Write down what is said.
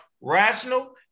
rational